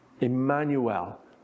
Emmanuel